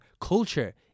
culture